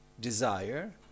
Desire